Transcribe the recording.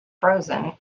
frozen